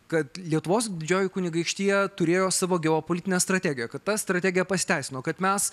kad lietuvos didžioji kunigaikštija turėjo savo geopolitinę strategiją kad ta strategija pasiteisino kad mes